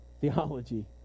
theology